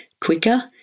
quicker